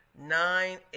Nine